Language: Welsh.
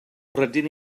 rydyn